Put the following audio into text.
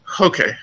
Okay